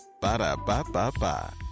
Ba-da-ba-ba-ba